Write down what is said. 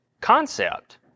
concept